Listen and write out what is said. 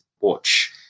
watch